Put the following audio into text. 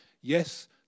Yes